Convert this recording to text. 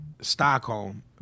Stockholm